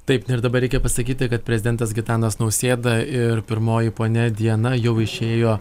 taip ir dabar reikia pasakyti kad prezidentas gitanas nausėda ir pirmoji ponia diana jau išėjo